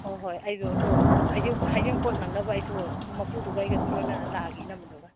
ꯍꯣꯍꯣꯏ ꯑꯩꯁꯨ ꯑꯗꯣ ꯍꯩꯖꯤꯡꯄꯣꯠ ꯅꯪꯅꯕ ꯑꯩꯁꯨ ꯃꯄꯨꯗꯨꯒ ꯑꯩꯒꯁꯨꯝ ꯂꯣꯏꯅꯔꯒ ꯂꯥꯛꯑꯒꯦ ꯏꯅꯝꯃꯗꯨꯒ